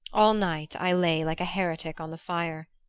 all night i lay like a heretic on the fire.